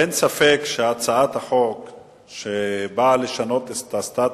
אין ספק שהצעת החוק שבאה לשנות את הסטטוס,